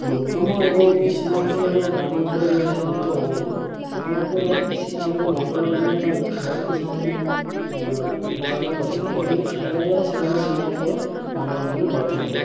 ଦୁର୍ଗମ ଏବଂ ବିଚ୍ଛିନ୍ନାଞ୍ଚଳର ଗ୍ରାମାଞ୍ଚଳରେ ରହୁଥିବା ଲୋକମାନେ ସେମାନଙ୍କର ବିଶେଷ ଭାବେ ମନୋରଞ୍ଜନ ପାଇଁ ଖେଳକୁ ସେମାନେ ଚୟନ କରିଥାନ୍ତି କାହିଁକିନା ଖେଳଦ୍ୱାରା ସେମାନେ ସେମାନଙ୍କର ମନୋରଞ୍ଜନ କରିଥାନ୍ତି